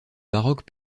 baroque